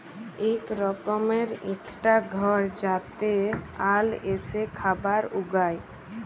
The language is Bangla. ইক রকমের ইকটা ঘর যাতে আল এসে খাবার উগায়